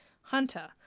Hunter